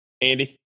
Andy